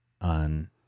on